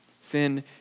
sin